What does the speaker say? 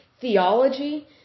theology